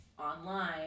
online